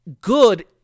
good